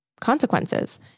consequences